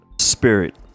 spirit